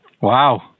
wow